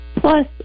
Plus